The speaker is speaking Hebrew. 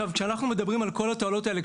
כשאנחנו מדברים על כל התועלות האלה,